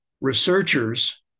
researchers